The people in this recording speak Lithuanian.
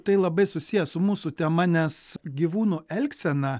tai labai susiję su mūsų tema nes gyvūnų elgsena